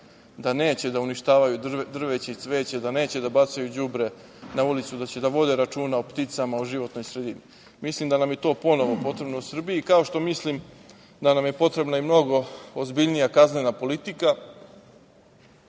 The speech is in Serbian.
da neće da uništavaju drveće i cveće, da neće da bacaju đubre na ulicu, da će da vode računa o pticama, o životnoj sredini. Mislim da nam je to ponovo potrebno u Srbiji, kao što mislim da nam je potrebna i mnogo ozbiljnija kaznena politika,